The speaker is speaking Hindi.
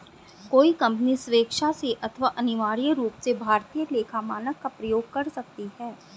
कोई कंपनी स्वेक्षा से अथवा अनिवार्य रूप से भारतीय लेखा मानक का प्रयोग कर सकती है